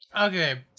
Okay